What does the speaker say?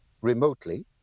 remotely